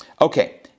Okay